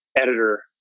editor